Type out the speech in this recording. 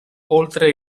oltre